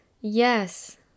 Yes